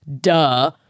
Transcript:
duh